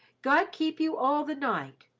god keep you all the night,